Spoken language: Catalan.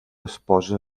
esposa